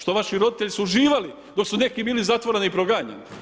Što vaši roditelji su uživali, dok su neki bili zatvarani i proganjani.